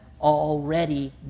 already